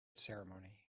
ceremony